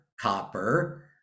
copper